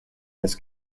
this